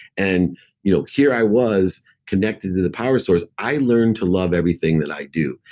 and you know here i was connected to the power source. i learned to love everything that i do.